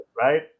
Right